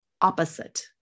opposite